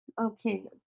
Okay